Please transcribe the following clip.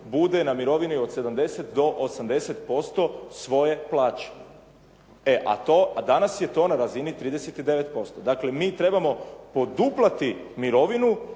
bude na mirovini od 70% do 80% svoje plaće a danas je to na razini 39%. Dakle, mi trebamo poduplati mirovinu